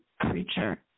creature